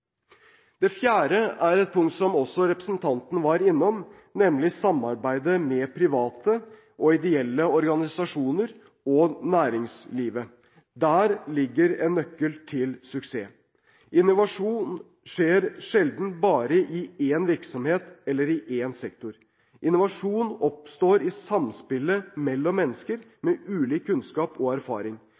Det fjerde er et punkt som også representanten var innom, nemlig samarbeidet med private og ideelle organisasjoner og næringslivet. Der ligger en nøkkel til suksess. Innovasjon skjer sjelden bare i én virksomhet eller i én sektor. Innovasjon oppstår i samspillet mellom mennesker med ulik kunnskap og erfaring,